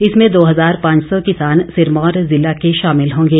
इसमें दो हज़ार पांच सौ किसान सिरमौर ज़िला के शामिल होंगे